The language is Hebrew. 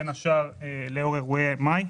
בין השאר לאור אירועי מאי.